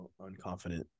unconfident